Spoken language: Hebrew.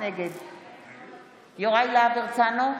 נגד יוראי להב הרצנו,